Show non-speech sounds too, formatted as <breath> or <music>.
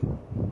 <breath>